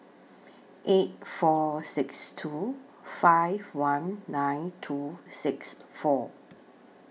eight four six two five one nine two six four